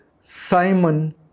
Simon